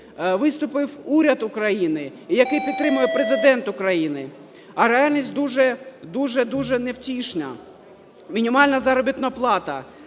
виступив уряд України і який підтримує Президент України. А реальність дуже, дуже, дуже невтішна. Мінімальна заробітна плата